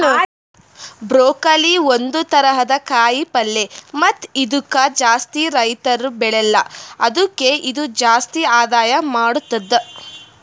broccoli ಒಂದ್ ಥರದ ಕಾಯಿ ಪಲ್ಯ ಮತ್ತ ಇದುಕ್ ಜಾಸ್ತಿ ರೈತುರ್ ಬೆಳೆಲ್ಲಾ ಆದುಕೆ ಇದು ಜಾಸ್ತಿ ಆದಾಯ ಮಾಡತ್ತುದ